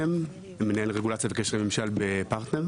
מנהל רגולציה קשרי ממשל בפרטנר.